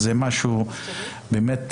זה משהו זוועתי.